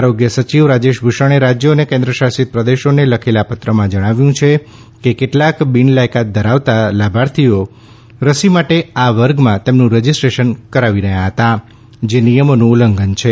આરોગ્ય સચિવ રાજેશ ભૂષણે રાજ્યો અને કેન્દ્રશાસિત પ્રદેશોને લખેલા પત્રમાં જણાવ્યું છે કે કેટલાંક બિનલાયકાત ધરાવાતા લાભાર્થીઓ રસી માટે આ વર્ગમાં તેમનું રજિસ્ટ્રેશન કરાવી રહ્યા છે જે નિયમોનું ઉલ્લંઘન છે